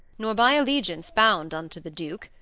nor by allegiance bound unto the duke,